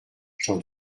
j’en